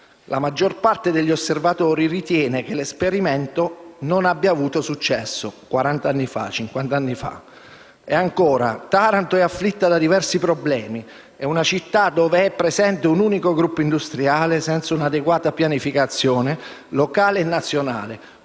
La maggior parte degli osservatori ritiene che l'esperimento non abbia avuto successo». Questo veniva scritto circa quaranta anni fa. E ancora: «Taranto è afflitta da diversi problemi: è una città dove è presente un unico gruppo industriale, senza un'adeguata pianificazione locale e nazionale,